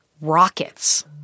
Rockets